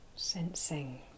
Sensing